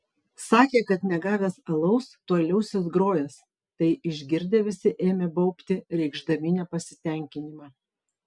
sakė kad negavęs alaus tuoj liausis grojęs tai išgirdę visi ėmė baubti reikšdami nepasitenkinimą